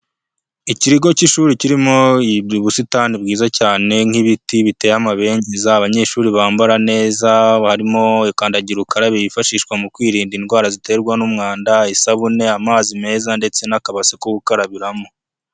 Ikigo cy'ishuri kirimo ubwo ubusitani bwiza cyane nk'ibiti biteye amabengeza, abanyeshuri bambara neza. Harimo kandagira ukarabe yifashishwa mu kwirinda indwara ziterwa n'umwanda isabune amazi meza ndetse n'akabase ko gukarabiramo.